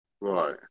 Right